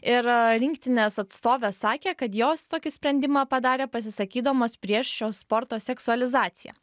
ir rinktinės atstovė sakė kad jos tokį sprendimą padarė pasisakydamos prieš šio sporto seksualizaciją